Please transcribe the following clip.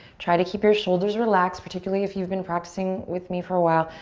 try to keep your shoulders relaxed, particularly if you've been practicing with me for a while.